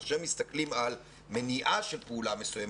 כאשר מסתכלים על מניעה של פעולה מסוימת,